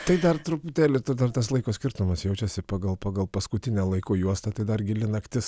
tai dar truputėlį dar tas laiko skirtumas jaučiasi pagal pagal paskutinę laiko juostą tai dar gili naktis